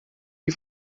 die